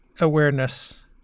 awareness